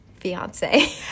fiance